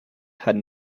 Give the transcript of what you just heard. had